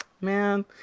Man